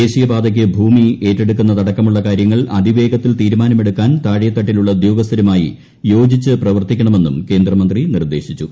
ദേശീയപാതയ്ക്ക് ഭൂമി ഏറ്റെടുക്കുന്നതടക്കമുള്ള ക്ടാര്യുള്ങൾ അതിവേഗത്തിൽ തീരുമാനമെടുക്കാൻ താഴെത്തുട്ടിലുള്ള ഉദ്യോഗസ്ഥരുമായി യോജിച്ച് പ്രവർത്തിക്കണമെന്നും ക്കേന്ദ്രമുത്തി നിർദ്ദേശിച്ചു